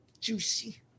juicy